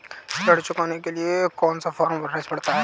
ऋण चुकाने के लिए कौन सा फॉर्म भरना पड़ता है?